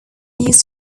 used